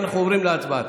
ואנחנו עוברים להצבעה.